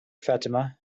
fatima